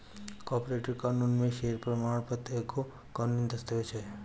corporate कानून में share प्रमाण पत्र एगो कानूनी दस्तावेज हअ